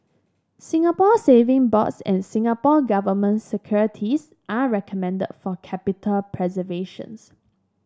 Singapore Saving Bonds and Singapore Government Securities are recommended for capital preservations